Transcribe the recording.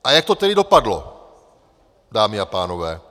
A jak to tedy dopadlo, dámy a pánové?